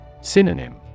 Synonym